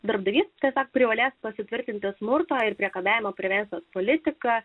darbdavys tiesiog privalės pasitvirtinti smurto ir priekabiavimo prevencijos politiką